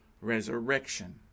resurrection